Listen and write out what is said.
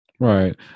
Right